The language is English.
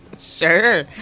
Sure